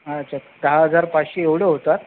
अच्छा दहा हजार पाचशे एवढे होतात